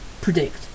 predict